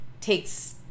takes